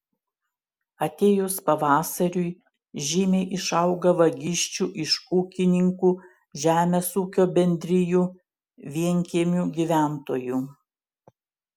atėjus pavasariui žymiai išauga vagysčių iš ūkininkų žemės ūkio bendrijų vienkiemių gyventojų